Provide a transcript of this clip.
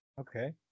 Okay